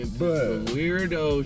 weirdo